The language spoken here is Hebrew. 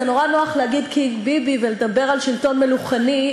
זה נורא נוח להגיד "קינג ביבי" ולדבר על שלטון מלוכני,